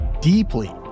deeply